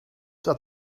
dat